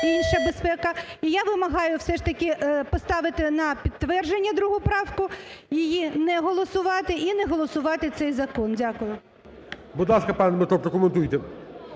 І я вимагаю все ж таки поставити на підтвердження другу правку, її не голосувати і не голосувати цей закон. Дякую. ГОЛОВУЮЧИЙ. Будь ласка, пане Дмитро, прокоментуйте.